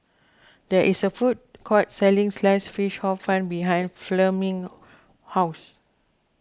there is a food court selling Sliced Fish Hor Fun behind Fleming's house